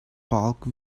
bulk